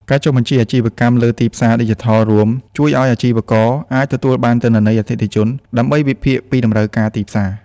ការចុះបញ្ជីអាជីវកម្មលើទីផ្សារឌីជីថលរួម ជួយឱ្យអាជីវករអាចទទួលបានទិន្នន័យអតិថិជន ដើម្បីវិភាគពីតម្រូវការទីផ្សារ។